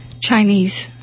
Chinese